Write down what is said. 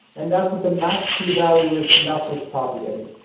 and that's what the max q value is. and that's what's propagating.